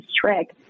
trick